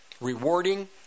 rewarding